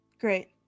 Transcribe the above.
Great